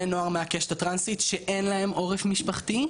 נוער מהקשת הטרנסית שאין להם עורף משפחתי.